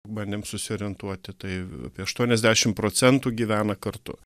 bandėm susiorientuoti tai apie aštuoniasdešimt procentų gyvena kartu